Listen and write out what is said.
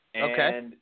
Okay